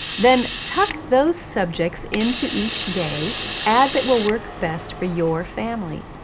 then tuck those subjects into each day as it will work best for your family,